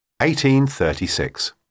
1836